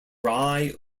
rye